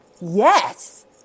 yes